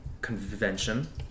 convention